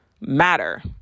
matter